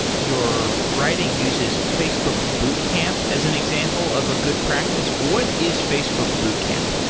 your writing uses facebook boot camp as an example of a good practice. what is facebook boot camp?